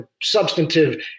substantive